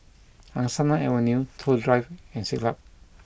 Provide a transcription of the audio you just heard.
Angsana Avenue Toh Drive and Siglap